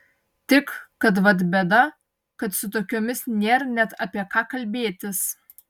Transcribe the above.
tik kad vat bėda kad su tokiomis nėr net apie ką kalbėtis